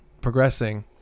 progressing